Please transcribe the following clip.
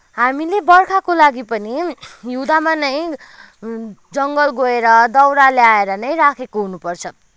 हामीले बर्खाको लागि पनि हिउँदामा नै जङ्गल गएर दाउरा ल्याएर नै राखेको हुनुपर्छ